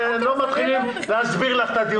מי נגד?